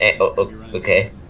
Okay